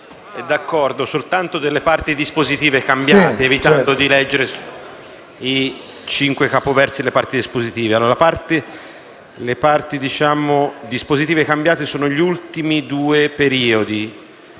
soltanto delle parti dispositive modificate, evitando di leggere i cinque capoversi che sono rimasti immutati. Le parti dispositive modificate sono gli ultimi due periodi.